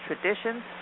traditions